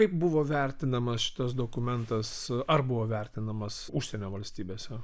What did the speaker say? kaip buvo vertinamas šitas dokumentas ar buvo vertinamas užsienio valstybėse